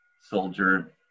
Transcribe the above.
soldier